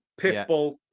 Pitbull